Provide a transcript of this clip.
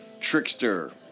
trickster